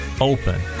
Open